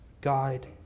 guide